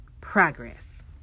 progress